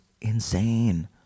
insane